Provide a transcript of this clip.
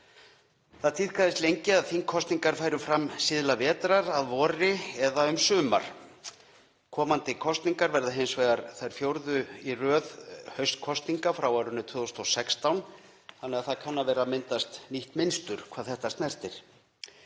Það tíðkaðist lengi að þingkosningar færu fram síðla vetrar, að vori eða um sumar. Komandi kosningar verða hins vegar þær fjórðu í röð haustkosninga frá 2016 þannig að það kann að vera að myndast nýtt mynstur hvað þetta snertir.